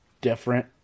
different